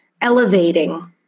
elevating